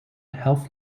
health